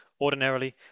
Ordinarily